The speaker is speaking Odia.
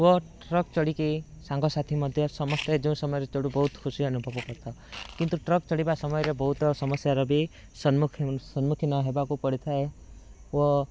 ଟ୍ରକ୍ ଚଢ଼ିକି ସାଙ୍ଗ ସାଥି ମଧ୍ୟ ସମସ୍ତେ ଯେଉଁ ସମୟରେ ଚଢ଼ୁ ବହୁତ ଖୁସି ଅନୁଭବ କରିଥାଉ କିନ୍ତୁ ଟ୍ରକ୍ ଚଢ଼ିବା ସମୟରେ ବହୁତ ସମସ୍ୟାର ବି ସମ୍ମୁଖୀନ ହେବାକୁ ପଡ଼ିଥାଏ